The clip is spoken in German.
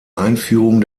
einführung